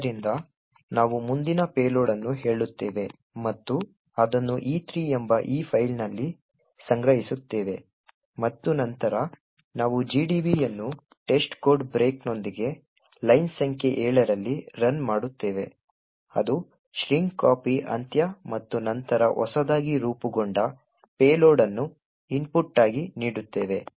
ಆದ್ದರಿಂದ ನಾವು ಮುಂದಿನ ಪೇಲೋಡ್ ಅನ್ನು ಹೇಳುತ್ತೇವೆ ಮತ್ತು ಅದನ್ನು E3 ಎಂಬ ಈ ಫೈಲ್ನಲ್ಲಿ ಸಂಗ್ರಹಿಸುತ್ತೇವೆ ಮತ್ತು ನಂತರ ನಾವು GDB ಯನ್ನು testcode ಬ್ರೇಕ್ನೊಂದಿಗೆ ಲೈನ್ ಸಂಖ್ಯೆ 7 ರಲ್ಲಿ ರನ್ ಮಾಡುತ್ತೇವೆ ಅದು strcpy ಅಂತ್ಯ ಮತ್ತು ನಂತರ ಹೊಸದಾಗಿ ರೂಪುಗೊಂಡ ಪೇಲೋಡ್ ಅನ್ನು ಇನ್ಪುಟ್ ಆಗಿ ನೀಡುತ್ತೇವೆ